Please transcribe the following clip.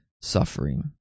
suffering